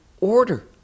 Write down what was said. order